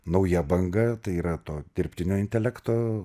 nauja banga tai yra to dirbtinio intelekto